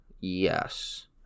Yes